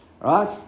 Right